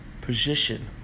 position